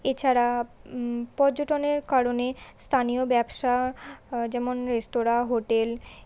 এছাড়া পর্যটনের কারণে স্থানীয় ব্যবসা যেমন রেস্তোরাঁ হোটেল